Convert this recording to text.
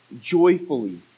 joyfully